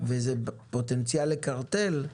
וזה פוטנציאל לקרטל,